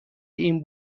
این